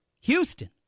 Houston